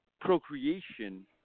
procreation